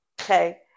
Okay